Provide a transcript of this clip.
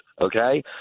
okay